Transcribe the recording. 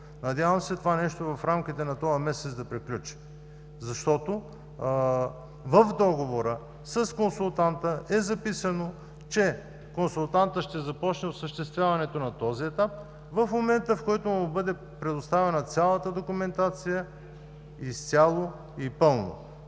Надявам се, това нещо в рамките на този месец да приключи, защото в договора с консултанта е записано, че „консултантът ще започне осъществяването на този етап в момента, в който му бъде предоставена цялата документация изцяло и пълно“.